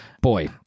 Boy